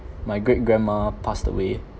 my great grandma passed away